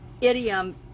idiom